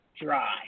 Dry